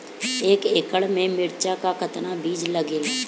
एक एकड़ में मिर्चा का कितना बीज लागेला?